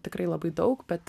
tikrai labai daug bet